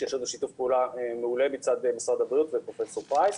כשיש לנו שיתוף פעולה מעולה מצד משרד הבריאות ופרופ' פרייס